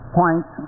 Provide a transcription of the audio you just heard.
point